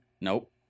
Nope